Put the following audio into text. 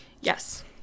yes